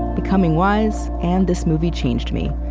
becoming wise, and this movie changed me.